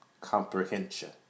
comprehension